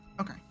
Okay